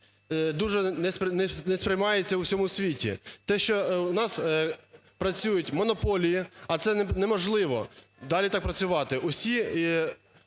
дуже не сприймається в усьому світі. Те, що у нас працюють монополії, а це неможливо далі так працювати. Усі